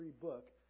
book